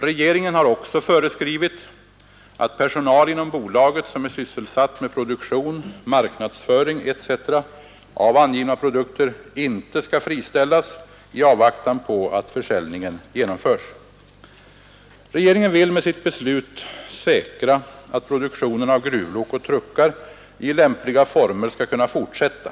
Regeringen har också föreskrivit att personal inom bolaget som är sysselsatt med produktion, marknadsföring etc. av angivna produkter inte skall friställas i avvaktan på att försäljningen genomförs. Regeringen vill med sitt beslut säkra att produktionen av gruvlok och truckar i lämpliga former skall kunna fortsätta.